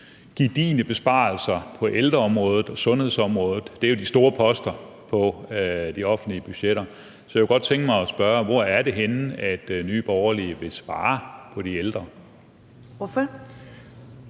gedigne besparelser på ældreområdet og sundhedsområdet, som jo er de store poster på de offentlige budgetter. Så jeg kunne godt tænke mig at spørge: Hvor er det, Nye Borgerlige vil spare i forhold